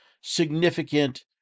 significant